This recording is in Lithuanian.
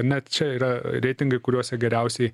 net čia yra reitingai kuriuose geriausiai